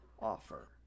offer